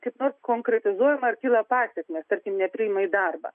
kaip nors konkretizuojama ar kyla pasekmės tarkim nepriima į darbą